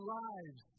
lives